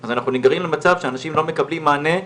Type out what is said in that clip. אז אנחנו מגיעים למצב שאנשים לא מקבלים מענה,